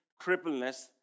crippleness